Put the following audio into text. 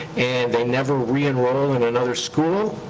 and they never re-enroll in another school,